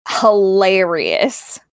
Hilarious